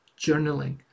journaling